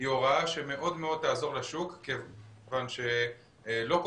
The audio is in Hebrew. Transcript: היא הוראה שתעזור מאוד לשוק כיוון שלא כל